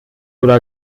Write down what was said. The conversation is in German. oder